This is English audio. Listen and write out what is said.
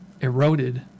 eroded